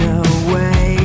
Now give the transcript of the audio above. away